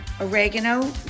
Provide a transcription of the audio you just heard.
oregano